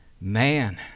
man